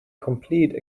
complete